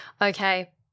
Okay